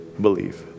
believe